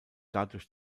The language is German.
dadurch